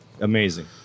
Amazing